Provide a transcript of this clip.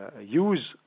use